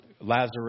Lazarus